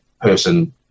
person